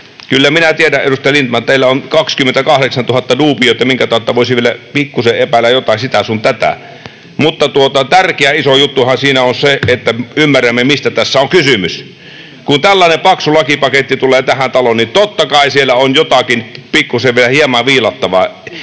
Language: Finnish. Kyllä minä tiedän, edustaja Lindtman: teillä on 28 000 duubiota, minkä tautta voisi vielä pikkusen epäillä jotain, sitä sun tätä. Mutta tärkeä, iso juttuhan siinä on se, että ymmärrämme, mistä tässä on kysymys. Kun tällainen paksu lakipaketti tulee tähän taloon, niin totta kai siellä on vielä jotakin pikkusen viilattavaa.